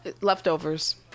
Leftovers